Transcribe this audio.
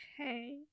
Okay